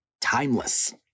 timeless